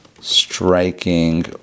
striking